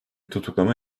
tutuklama